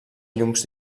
llums